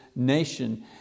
Nation